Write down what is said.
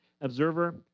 observer